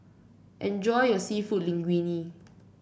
enjoy your seafood Linguine